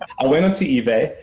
i went onto ebay,